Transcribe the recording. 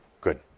Good